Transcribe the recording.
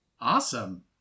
Awesome